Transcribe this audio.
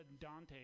Dante